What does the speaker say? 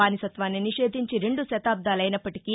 బానిసత్వాన్ని నిషేధించి రెండు శతాబ్దాలైనప్పటికీ